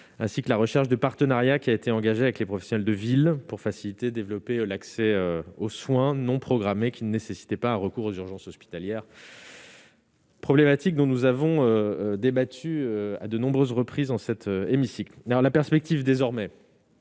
ainsi que la recherche de partenariats qui a été engagée avec les professionnels de ville pour faciliter, développer l'accès aux soins non programmés, qui ne nécessitait pas recours aux urgences hospitalières problématique dont nous avons débattu à de nombreuses reprises dans cet hémicycle, dans la perspective désormais